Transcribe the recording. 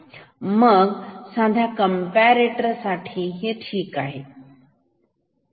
मग साध्या कंपरेटर साठी ठीक आहे